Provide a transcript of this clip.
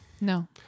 No